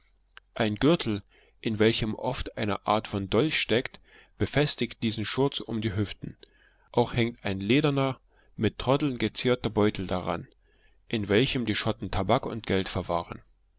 ein gürtel in welchem oft eine art von dolch steckt befestigt diesen schurz um die hüften auch hängt ein lederner mit troddeln gezierter beutel daran in welchem die schotten tabak und geld verwahren